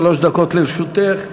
שלוש דקות לרשותך.